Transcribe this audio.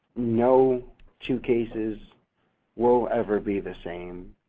no two cases will ever be the same.